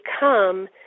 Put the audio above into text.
become